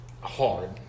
hard